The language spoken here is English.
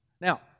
Now